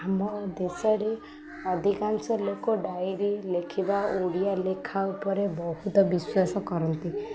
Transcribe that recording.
ଆମ ଦେଶରେ ଅଧିକାଂଶ ଲୋକ ଡାଇରୀ ଲେଖିବା ଓଡ଼ିଆ ଲେଖା ଉପରେ ବହୁତ ବିଶ୍ୱାସ କରନ୍ତି